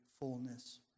fullness